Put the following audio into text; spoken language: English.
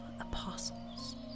apostles